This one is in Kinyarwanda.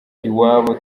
iwabo